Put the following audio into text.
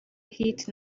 hit